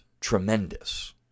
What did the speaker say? tremendous